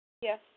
Yes